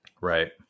right